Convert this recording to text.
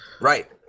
Right